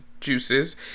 juices